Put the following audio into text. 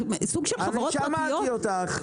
סוג של חברות פרטיות --- שמעתי אותך.